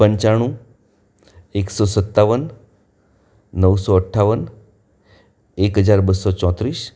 પંચાણુ એકસો સત્તાવન નવસો અઠ્ઠાવન એક હજાર બસો ચોંત્રીસ